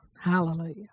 Hallelujah